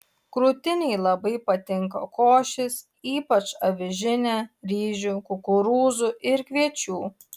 krūtinei labai patinka košės ypač avižinė ryžių kukurūzų ir kviečių